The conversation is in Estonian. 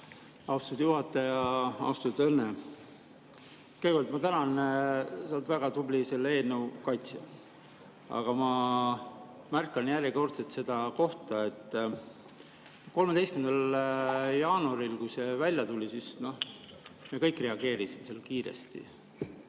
austatud juhataja! Austatud Õnne! Kõigepealt ma tänan. Sa oled väga tubli selle eelnõu kaitsja, aga ma [märgin] järjekordselt, et 13. jaanuaril, kui see välja tuli, siis me kõik reageerisime sellele kiiresti,